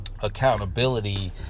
accountability